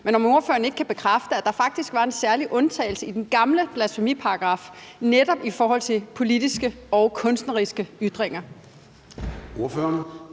høre, om ordføreren ikke kan bekræfte, at der faktisk var en særlig undtagelse i den gamle blasfemiparagraf netop i forhold til politiske og kunstneriske ytringer? Kl.